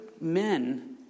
men